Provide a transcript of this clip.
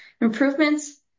improvements